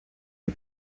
est